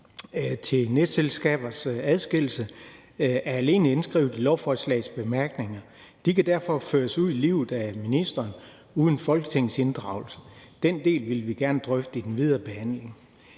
om netselskabers adskillelse er alene skrevet ind i lovforslagets bemærkninger. De kan derfor føres ud i livet af ministeren uden Folketingets inddragelse. Den del vil vi gerne drøfte i den videre behandling.